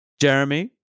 Jeremy